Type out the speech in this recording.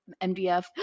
mdf